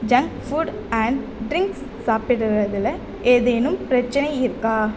junk food and drinks சாப்பிடறதில் ஏதேனும் பிரச்சினை இருக்கா